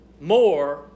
more